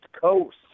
Coast